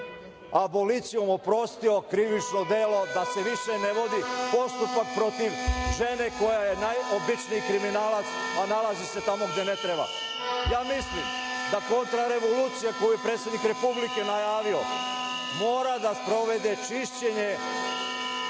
abolicijom oprostio krivično delo, da se više ne vodi postupak protiv žene koja je najobičniji kriminalac, a nalazi se tamo gde ne treba. Ja mislim da kontrarevolucija, koju je predsednik Republike najavio, mora da sprovede čišćenje